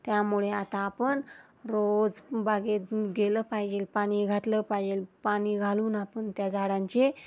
त्यामुळे आता आपण रोज बागेत गेलं पाहिजे पाणी घातलं पाहिजे पाणी घालून आपण त्या झाडांचे